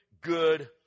good